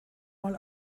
mal